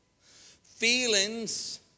Feelings